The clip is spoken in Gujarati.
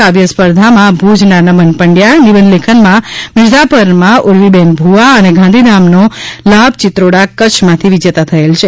કાવ્ય સ્પર્ધામાં ભુજના નમન પંડ્યા નિબંધ લેખનમાં મિર્ઝાપરમાં ઉર્વીબહેન ભુવા અને ગાંધીધામનો લાભ ચિત્રોડા કચ્છમાથી વિજેતા થયેલ છે